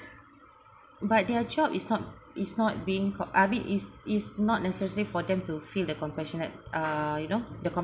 but their job is not is not being I mean is is not necessary for them to feel the compassionate uh you know the